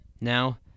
Now